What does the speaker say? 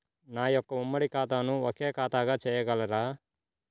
నా యొక్క ఉమ్మడి ఖాతాను ఒకే ఖాతాగా చేయగలరా?